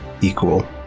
equal